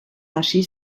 hasi